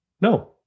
No